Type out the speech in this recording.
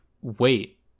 wait